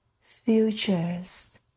futures